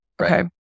Okay